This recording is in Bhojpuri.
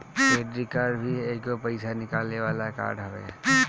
क्रेडिट कार्ड भी एगो पईसा निकाले वाला कार्ड हवे